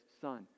son